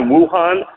Wuhan